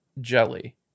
jelly